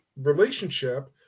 relationship